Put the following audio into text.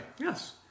Yes